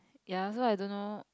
ya so I don't know